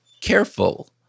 careful